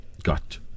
Got